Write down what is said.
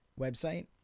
website